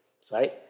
Sorry